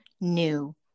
new